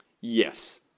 Yes